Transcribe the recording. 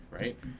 right